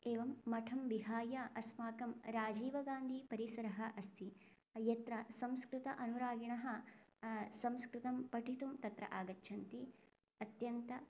एवं मठं विहाय अस्माकं राजीवगान्धीपरिसरः अस्ति यत्र संस्कृत अनुरागिणः संस्कृतं पठितुं तत्र आगच्छन्ति अत्यन्तः